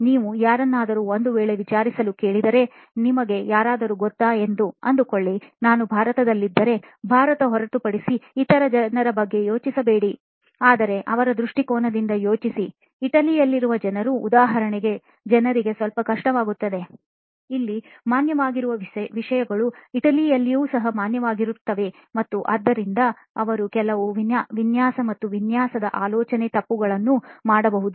ನೀವು ಯಾರನ್ನಾದರೂ ಒಂದು ವೇಳೆ ವಿಚಾರಿಸಲು ಕೇಳಿದರೆ ನಿಮಗೆ ಯಾರಾದರೂ ಗೊತ್ತಾ ಎಂದು ಅಂದುಕೊಳ್ಳಿ ನಾನು ಭಾರತದಲ್ಲಿದ್ದರೆ ಭಾರತ ಹೊರತುಪಡಿಸಿ ಇತರ ಜನರ ಬಗ್ಗೆ ಯೋಚಿಸಬೇಡಿ ಆದರೆ ಅವರ ದೃಷ್ಟಿಕೋನದಿಂದ ಯೋಚಿಸಿ ಇಟಲಿಯಲ್ಲಿರುವ ಜನರು ಉದಾಹರಣೆಗೆ ಜನರಿಗೆ ಸ್ವಲ್ಪ ಕಷ್ಟವಾಗುತ್ತದೆ ಇಲ್ಲಿ ಮಾನ್ಯವಾಗಿರುವ ವಿಷಯಗಳು ಇಟಲಿಯಲ್ಲಿಯೂ ಸಹ ಮಾನ್ಯವಾಗಿರುತ್ತವೆ ಮತ್ತು ಆದ್ದರಿಂದ ಅವರು ಕೆಲವು ವಿನ್ಯಾಸ ಮತ್ತು ವಿನ್ಯಾಸದ ಆಲೋಚನೆ ತಪ್ಪುಗಳನ್ನು ಮಾಡಬಹುದು